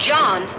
John